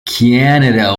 canada